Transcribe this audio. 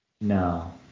No